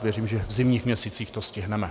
Věřím, že v zimních měsících to stihneme.